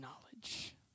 knowledge